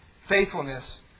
faithfulness